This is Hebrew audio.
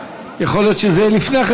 ויכול להיות שזה יהיה לפני כן.